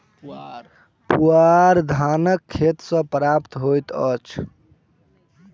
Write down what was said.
पुआर धानक खेत सॅ प्राप्त होइत अछि